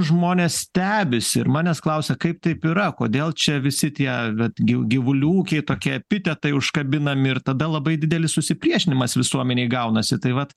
žmonės stebisi ir manęs klausia kaip taip yra kodėl čia visi tie bet gi gyvulių ūkiai tokie epitetai užkabinami ir tada labai didelis susipriešinimas visuomenėj gaunasi tai vat